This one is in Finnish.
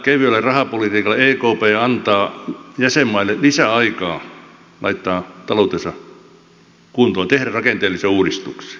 tällä kevyellä rahapolitiikalla ekp antaa jäsenmaille lisäaikaa laittaa taloutensa kuntoon tehdä rakenteellisia uudistuksia